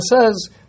says